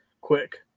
quick